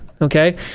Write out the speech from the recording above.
Okay